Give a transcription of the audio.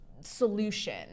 solution